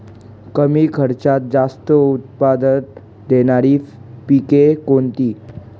कमी खर्चात जास्त उत्पाद देणारी पिके कोणती?